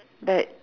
but